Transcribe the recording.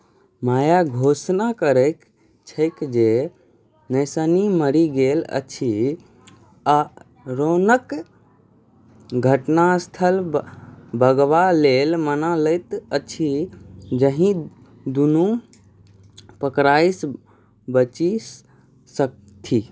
माया घोषणा करैत छैक जे नैन्सी मरि गेल अछि आ रोनक घटनास्थलसँ भगबा लेल मना लैत अछि जाहिसँ दुनू पकड़ाइसँ बचि सकथि